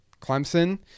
Clemson